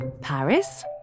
Paris